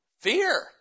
Fear